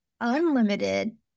unlimited